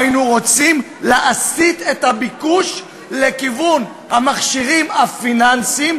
אנחנו היינו רוצים להסיט את הביקוש לכיוון המכשירים הפיננסיים,